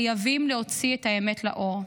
חייבים להוציא את האמת לאור.